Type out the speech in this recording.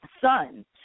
son